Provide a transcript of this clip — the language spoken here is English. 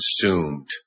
consumed